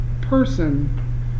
person